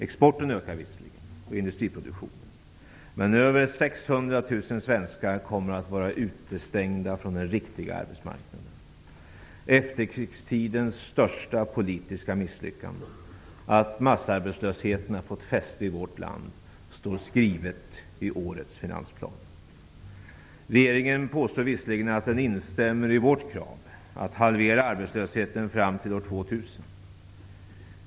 Exporten och industriproduktionen ökar visserligen, men över 600 000 svenskar kommer att vara utestängda från den riktiga arbetsmarknaden. Efterkrigstidens största politiska misslyckande -- att massarbetslösheten har fått fäste i vårt land -- står skrivet i årets finansplan. Regeringen påstår visserligen att den instämmer i vårt krav att arbetslösheten skall halveras fram till år 2000.